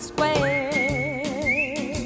Square